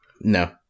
No